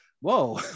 Whoa